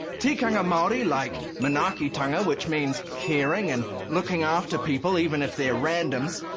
tikanga maori like manaakitanga which means caring and looking after people even if their randoms.